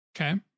okay